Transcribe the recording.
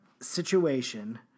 situation